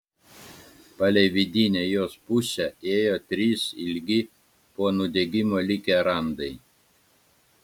palei vidinę jos pusę ėjo trys ilgi po nudegimo likę randai